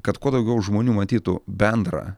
kad kuo daugiau žmonių matytų bendrą